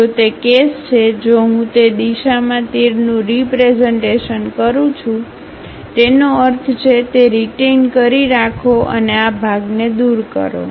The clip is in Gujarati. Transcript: જો તે કેસ છે જો હું તે દિશામાં તીરનું રીપ્રેઝન્ટેશન કરું છું તેનો અર્થ છે તે રીટેઈન કરી રાખો અને આ ભાગને દૂર કરો